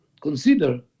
consider